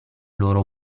loro